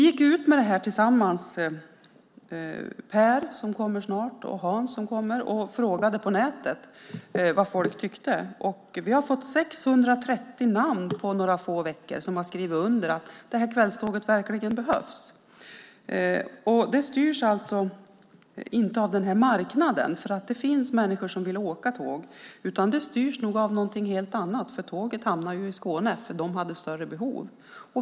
Per Svedberg, Hans Stenberg och jag gick ut på nätet och frågade vad folk tycker. På några få veckor fick vi 630 namnunderskrifter som intygar att kvällståget verkligen behövs. Det här styrs knappast av marknaden, för det finns människor som vill åka tåg, utan det styrs av något helt annat, för tåget hamnade i Skåne eftersom de hade större behov.